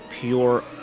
pure